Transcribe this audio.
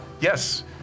Yes